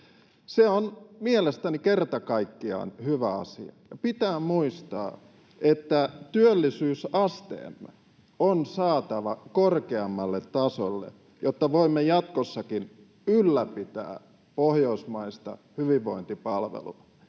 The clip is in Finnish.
Se on mielestäni kerta kaikkiaan hyvä asia. Ja pitää muistaa, että työllisyysasteemme on saatava korkeammalle tasolle, jotta voimme jatkossakin ylläpitää pohjoismaista hyvinvointipalvelua.